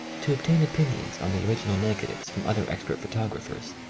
to obtain opin ions on the original negatives from other ex pert photographers,